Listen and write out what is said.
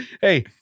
Hey